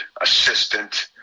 assistant